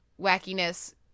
wackiness